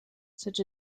such